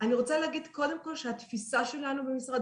אני רוצה להגיד קודם כל שהתפיסה שלנו במשרד